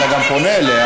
אבל אתה גם פונה אליה.